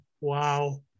Wow